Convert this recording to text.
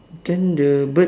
then the bird